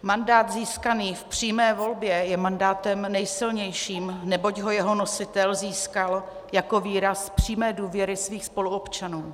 Mandát získaný v přímé volbě je mandátem nejsilnějším, neboť ho jeho nositel získal jako výraz přímé důvěry svých spoluobčanů.